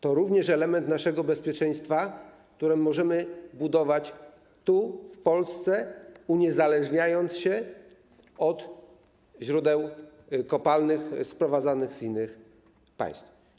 To również element naszego bezpieczeństwa, które możemy budować tu, w Polsce, uniezależniając się od źródeł kopalnych sprowadzanych z innych państw.